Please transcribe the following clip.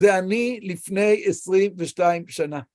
זה אני לפני 22 שנה.